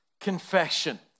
confession